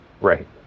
Right